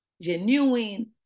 genuine